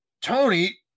Tony